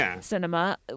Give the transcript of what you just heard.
cinema